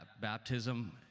baptism